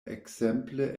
ekzemple